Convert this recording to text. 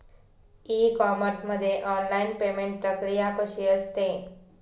E commerce मध्ये online payment प्रक्रिया कशी असते?